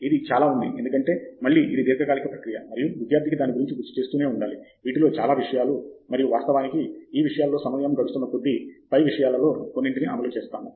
ఇది చాలా ఉంది ఎందుకంటే మళ్ళీ ఇది దీర్ఘకాలిక ప్రక్రియ మరియు విద్యార్థికి దాని గురించి గుర్తు చేస్తూనే ఉండాలి వీటిలో చాలా విషయాలు మరియు వాస్తవానికి ఈ విషయాలలో సమయం గడుస్తున్న కొద్దీ పై విషయాలలో కొన్నింటిని అమలు చేస్తాము